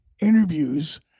interviews